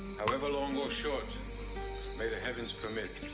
however long or short may the heavens permit.